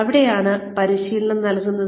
എവിടെയാണ് പരിശീലനം നൽകുന്നത്